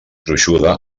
gruixuda